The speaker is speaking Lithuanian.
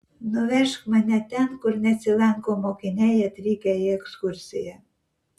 nuvežk mane ten kur nesilanko mokiniai atvykę į ekskursiją